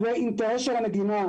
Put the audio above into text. זה אינטרס של המדינה.